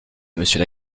monsieur